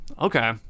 Okay